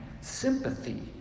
sympathy